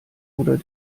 oder